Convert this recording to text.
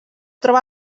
troba